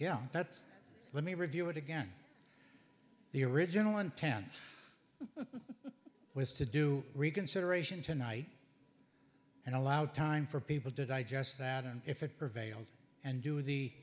yeah that's let me review it again the original intent was to do reconsideration tonight and allow time for people to digest that and if it prevails and do the